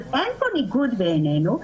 אז אין פה ניגוד בעינינו,